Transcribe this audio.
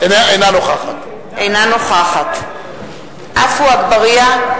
אינה נוכחת עפו אגבאריה,